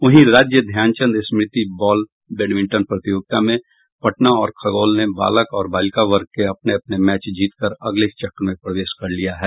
वहीं राज्य ध्यानचंद स्मृति बॉल बैडमिंटन प्रतियोगिता में पटना और खगौल ने बालक और बालिका वर्ग के अपने अपने मैच जीत कर अगले चक्र में प्रवेश कर लिया है